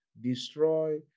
destroy